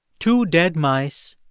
two dead mice,